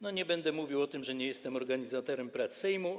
Nie będę mówił o tym, że nie jestem organizatorem prac Sejmu.